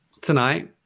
tonight